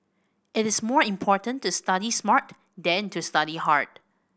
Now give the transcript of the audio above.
it is more important to study smart than to study hard